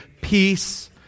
peace